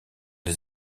des